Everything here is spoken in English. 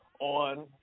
on